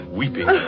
weeping